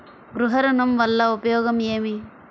గృహ ఋణం వల్ల ఉపయోగం ఏమి?